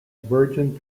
virgin